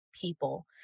people